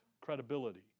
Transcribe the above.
credibility